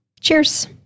Cheers